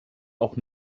auch